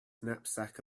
knapsack